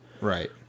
Right